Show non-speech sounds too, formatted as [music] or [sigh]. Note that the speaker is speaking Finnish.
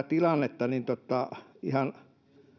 [unintelligible] tilannetta niin ihan